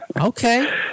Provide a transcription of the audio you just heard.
Okay